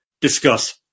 Discuss